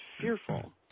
Fearful